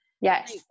Yes